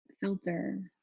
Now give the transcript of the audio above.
filter